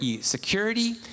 security